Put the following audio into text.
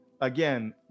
again